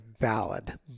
valid